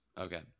okay